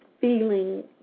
feeling